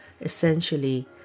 essentially